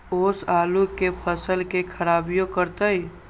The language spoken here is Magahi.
ओस आलू के फसल के खराबियों करतै?